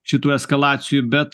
šitų eskalacijų bet